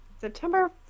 September